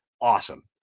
awesome